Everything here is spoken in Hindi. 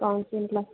काउंसलिंग क्ला